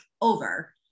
over